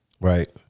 Right